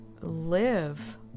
live